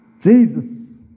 Jesus